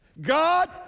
God